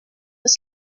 des